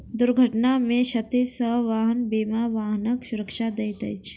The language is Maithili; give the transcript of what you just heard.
दुर्घटना में क्षति सॅ वाहन बीमा वाहनक सुरक्षा दैत अछि